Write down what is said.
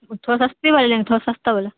تھوڑا سستے والے لینا تھوڑا سستا والا